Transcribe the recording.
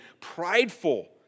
prideful